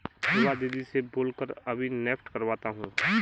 प्रभा दीदी से बोल कर अभी नेफ्ट करवाता हूं